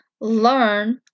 learn